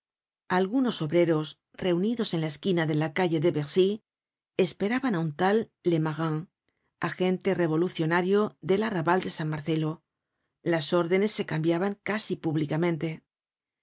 algunos obreros reunidos en la esquina de la calle de bercy esperaban á un tal lemarin agente revolucionario del arrabal de san marcelo las órdenes se cambiaban casi públicamente